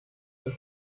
the